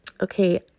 okay